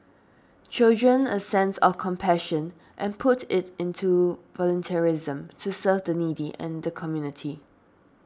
children a sense of compassion and put it into volunteerism to serve the needy and the community